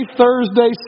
Thursday